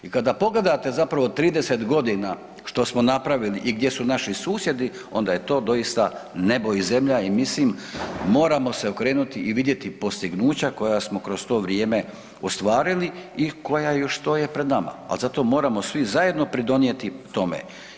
I kada pogledate 30 godina što smo napravili i gdje su naši susjedi onda je to doista nebo i zemlja i mislim moramo se okrenuti i vidjeti postignuća koja smo kroz to vrijeme ostvarili i koja još stoje pred nama, ali zato moramo svi zajedno pridonijeti tome.